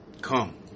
come